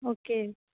okay